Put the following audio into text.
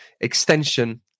extension